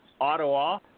Ottawa